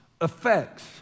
effects